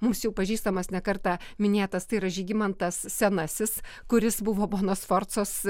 mums jau pažįstamas ne kartą minėtas tai yra žygimantas senasis kuris buvo bonos sforcos